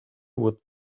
what